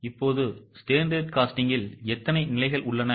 இப்போது standard costingல் எத்தனை நிலைகள் உள்ளன